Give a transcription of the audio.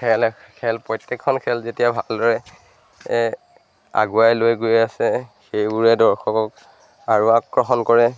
খেল খেল প্ৰত্যেকখন খেল যেতিয়া ভালদৰে আগুৱাই লৈ গৈ আছে সেইবোৰে দৰ্শকক আৰু আকৰ্ষণ কৰে